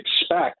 expect